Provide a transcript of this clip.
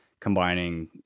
combining